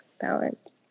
balance